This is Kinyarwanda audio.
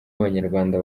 abanyarwanda